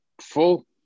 full